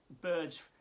birds